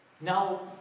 Now